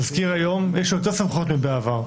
למזכיר יש היום יותר סמכויות מהעבר.